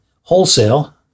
wholesale